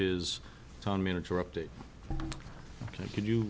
his town manager update can you